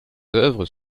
œuvres